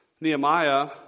Nehemiah